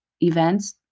events